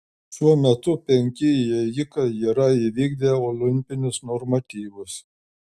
šiuo metu penki ėjikai yra įvykdę olimpinius normatyvus